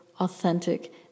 authentic